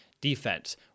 defense